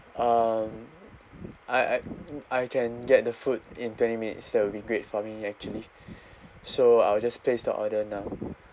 um I I I can get the food in twenty minutes that will be great for me actually so I will just place the order now